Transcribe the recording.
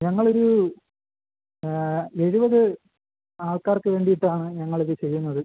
ഞങ്ങളൊരു എഴുപത് ആൾക്കാർക്ക് വേണ്ടീട്ടാണ് ഞങ്ങളിത് ചെയ്യുന്നത്